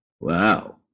wow